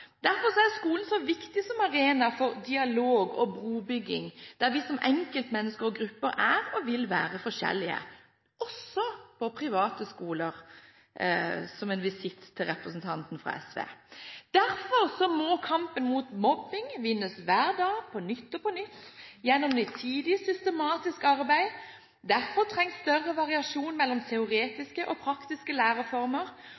Derfor er skolen så viktig som arena for dialog og brobygging, der vi som enkeltmennesker og grupper er og vil være forskjellige – også på private skoler, som en visitt til representanten fra SV. Derfor må kampen mot mobbing vinnes hver dag på nytt og på nytt, gjennom nitid, systematisk arbeid. Derfor trengs større variasjon mellom